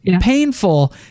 painful